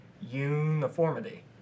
uniformity